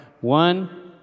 One